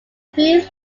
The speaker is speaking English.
few